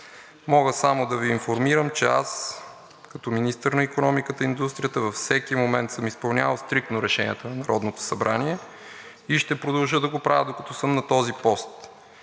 Мога само да Ви информирам, че аз като министър на икономиката и индустрията във всеки момент съм изпълнявал стриктно решенията на Народното събрание и ще продължа да го правя, докато съм на този пост.